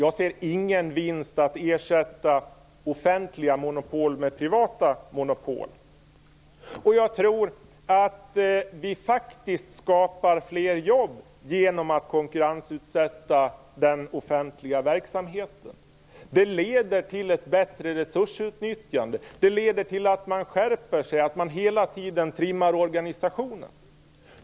Jag ser ingen vinst i att ersätta offentliga monopol med privata monopol. Vi skapar faktiskt, tror jag, fler jobb genom att konkurrensutsätta den offentliga verksamheten. Det leder till ett bättre resursutnyttjande och till att man skärper sig och hela tiden trimmar organisationen.